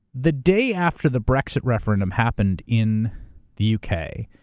the day after the brexit referendum happened in the u. k,